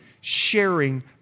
sharing